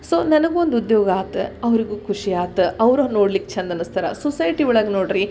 so ನನಗೆ ಒಂದು ಉದ್ಯೋಗ ಆತು ಅವರಿಗೂ ಖುಷಿ ಆತು ಅವ್ರು ನೋಡ್ಲಿಕ್ಕೆ ಚಂದ ಅನಸ್ತಾರೆ ಸೊಸೈಟಿ ಒಳಗೆ ನೋಡಿರಿ